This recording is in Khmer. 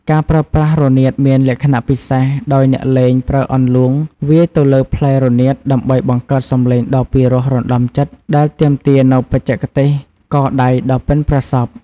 ការប្រើប្រាស់រនាតមានលក្ខណៈពិសេសដោយអ្នកលេងប្រើអន្លូងវាយទៅលើផ្លែរនាតដើម្បីបង្កើតសំឡេងដ៏ពីរោះរណ្ដំចិត្តដែលទាមទារនូវបច្ចេកទេសកដៃដ៏ប៉ិនប្រសប់។